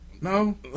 No